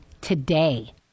today